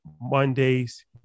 Mondays